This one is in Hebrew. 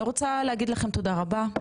אני רוצה להגיד לכם תודה רבה,